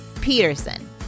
Peterson